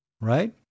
Right